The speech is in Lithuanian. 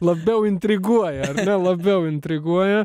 labiau intriguoja labiau intriguoja